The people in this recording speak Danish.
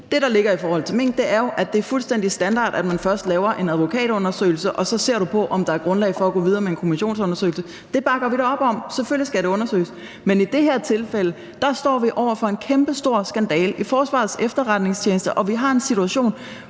Det, der er i forhold til minksagen, er jo, at det er fuldstændig standard, at man først laver en advokatundersøgelse, og så ser man på, om der er grundlag for at gå videre med en kommissionsundersøgelse. Det bakker vi da op om. Selvfølgelig skal det undersøges. Men i det her tilfælde står vi over for en kæmpestor skandale i Forsvarets Efterretningstjeneste, og vi har en situation,